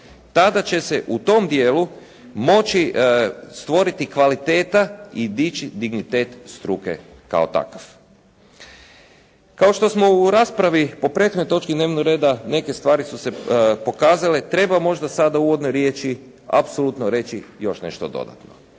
tada će se u tom dijelu moći stvoriti kvaliteta i dići dignitet struke kao takav. Kao što smo u raspravi po prethodnoj točki dnevnog reda, neke stvari su se pokazale, treba možda sada u uvodnoj riječi apsolutno reći još nešto dodatno.